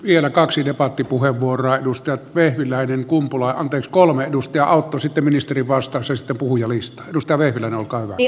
vielä kolme debattipuheenvuoroa edustajat vehviläinen kumpula natri ja autto sitten ministerin vastaus ja sitten puhujalistaan